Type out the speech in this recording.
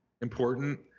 important